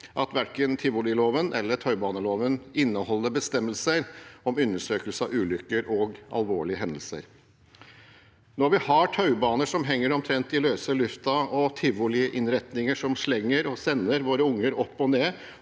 at verken tivoliloven eller taubaneloven inneholder bestemmelser om undersøkelser av ulykker og alvorlige hendelser. Når vi har taubaner som henger omtrent i løse luften, og tivoliinnretninger som slenger og sender våre unge opp og ned